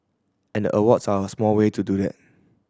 and the awards are a small way to do that